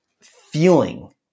feeling